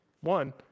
one